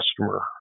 customer